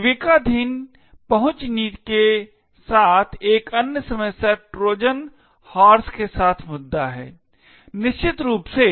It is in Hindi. विवेकाधीन पहुंच नीतियों के साथ एक अन्य समस्या ट्रोजन हॉर्स के साथ मुद्दा है निश्चित रूप से